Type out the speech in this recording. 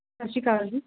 ਸਤਿ ਸ਼੍ਰੀ ਅਕਾਲ ਜੀ